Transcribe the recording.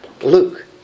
Luke